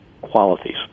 qualities